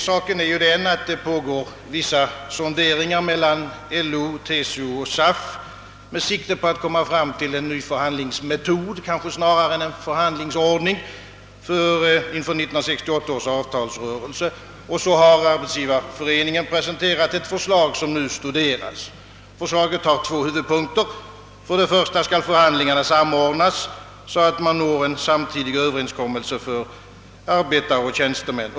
Saken är den att det pågår vissa sonderingar mellan LO, TCO och SAF med sikte på en ny förhandlingsmetod snarare än en förhandlingsordning inför 1968 års avtalsrörelse. Arbetsgivareföreningen har presenterat ett förslag, som nu studeras. Det har två huvudpunkter. För det första skall förhandlingarna samordnas så att man når en samtidig överenskommelse för arbetare och tjänstemän.